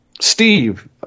Steve